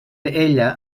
ella